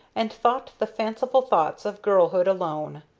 and thought the fanciful thoughts of girlhood alone,